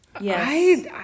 Yes